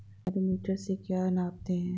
Manometer से क्या नापते हैं?